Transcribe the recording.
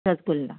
rasgulla